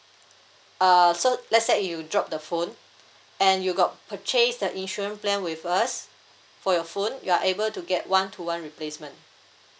uh so let's say you drop the phone and you got purchase the insurance plan with us for your phone you are able to get one to one replacement